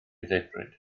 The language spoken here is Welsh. ddedfryd